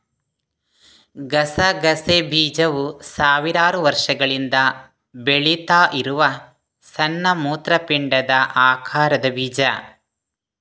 ಗಸಗಸೆ ಬೀಜವು ಸಾವಿರಾರು ವರ್ಷಗಳಿಂದ ಬೆಳೀತಾ ಇರುವ ಸಣ್ಣ ಮೂತ್ರಪಿಂಡದ ಆಕಾರದ ಬೀಜ